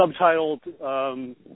subtitled –